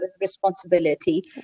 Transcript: Responsibility